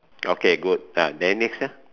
okay good ah then next leh